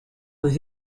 des